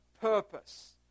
purpose